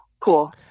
cool